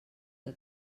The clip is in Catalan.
que